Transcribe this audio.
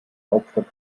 hauptstadt